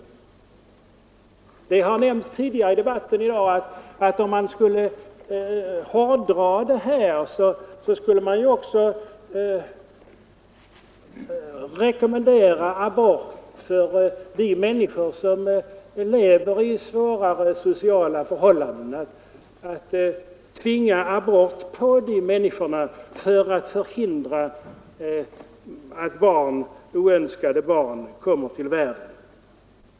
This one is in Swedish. Det har nämnts tidigare i debatten i dag att om man skulle hårdra fru Håviks resonemang skulle man också rekommendera abort för de människor som lever i svåra sociala förhållanden, kanske tvinga abort på dessa människor för att förhindra att barn kommer till världen i en bristfällig social miljö.